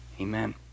amen